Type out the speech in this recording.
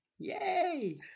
Yay